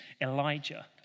Elijah